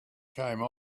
came